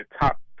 top